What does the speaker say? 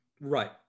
Right